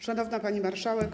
Szanowna Pani Marszałek!